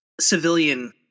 civilian